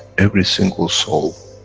every single soul.